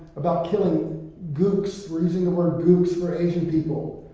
about killing gooks, we're using the word gooks for asian people.